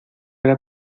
era